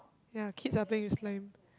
ya kids are playing with slime